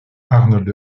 arnold